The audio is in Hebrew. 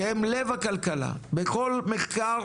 שהם לב הכלכלה, בכל מחקר